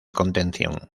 contención